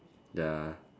ya